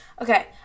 okay